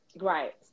Right